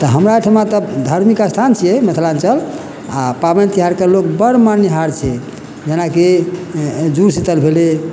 तऽ हमरा एहिठमा तऽ धार्मिक स्थान छियै मिथिलाञ्चल आ पाबनि तिहारके लोक बड़ माननिहार छै जेनाकि जुड़शीतल भेलै